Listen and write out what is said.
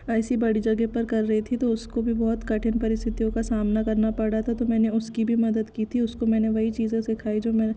ऐसी बड़ी जगह पर कर रही थी तो उसको भी बहुत कठिन परिस्थितियों का सामना करना पड़ रहा था तो मैंने उसकी भी मदद की थी उसको मैंने वही चीज़ें सिखाई जो मेरे